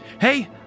Hey